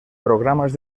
programas